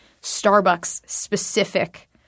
Starbucks-specific